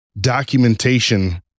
documentation